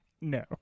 No